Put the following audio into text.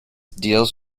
deals